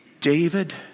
David